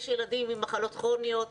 יש ילדים עם מחלות כרוניות.